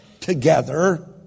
together